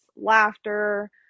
laughter